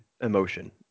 emotion